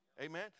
Amen